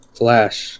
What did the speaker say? flash